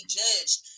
judged